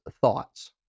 thoughts